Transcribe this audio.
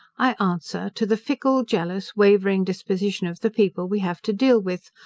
i answer, to the fickle, jealous, wavering disposition of the people we have to deal with,